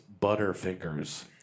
Butterfingers